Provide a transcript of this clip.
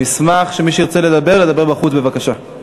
נשמח שמי שירצה לדבר ידבר בחוץ, בבקשה.